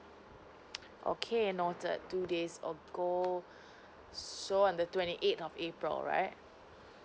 okay noted two days ago so on the twenty eighth of april right